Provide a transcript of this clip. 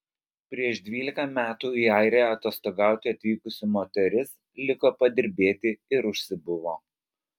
prieš dvylika metų į airiją atostogauti atvykusi moteris liko padirbėti ir užsibuvo